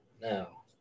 now